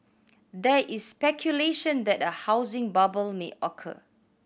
there is speculation that a housing bubble may occur